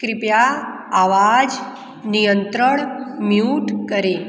कृपया आवाज़ नियंत्रण म्यूट करें